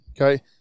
okay